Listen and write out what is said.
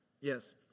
yes